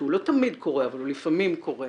שהוא לא תמיד קורה אבל הוא לפעמים קורה,